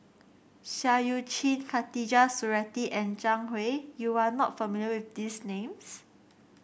Seah Eu Chin Khatijah Surattee and Zhang Hui you are not familiar with these names